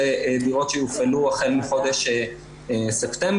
אלה דירות שיופעלו החל מחודש ספטמבר.